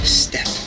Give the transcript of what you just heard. step